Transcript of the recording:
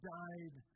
died